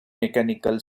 mechanical